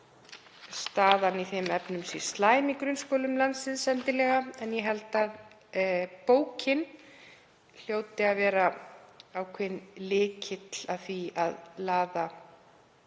staðan í þeim efnum sé endilega slæm í grunnskólum landsins en ég held að bókin hljóti að vera ákveðinn lykill að því að laða